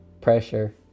Pressure